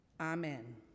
amen